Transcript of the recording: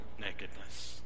nakedness